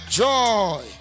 joy